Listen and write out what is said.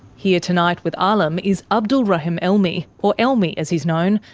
here tonight with alim is abdul rahim elmi, or elmi as he's known,